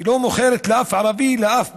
היא לא מוכרת לאף ערבי, לאף בדואי.